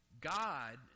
God